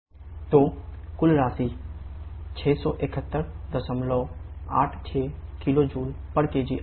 तो कुल राशि 67186 kJ kg आ रही है